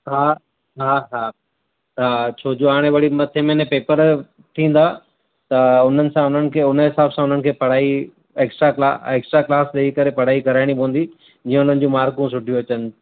हा हा हा त छोजो हाणे वरी मथे महीने पेपर थींदा त हुननि सां हुननि खे हुन हिसाब सां हुननि खे पढ़ाई एक्स्ट्रा क्ला एक्सट्रा क्लास ॾेई करे पढ़ाई कराइणी पवंदी जीअं हुननि जूं मार्कूं सुठियूं अचनि